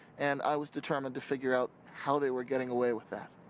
and i was determined to figure out how they were getting a way with that.